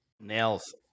nails